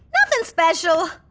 nothin' special.